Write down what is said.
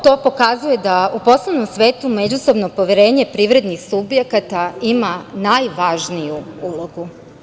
To pokazuje da u poslovnom svetu međusobno poverenje privrednih subjekata ima najvažniju ulogu.